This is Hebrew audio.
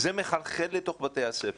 זה מחלחל לתוך בתי הספר.